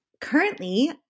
Currently